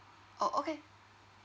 orh okay